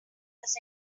this